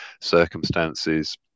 circumstances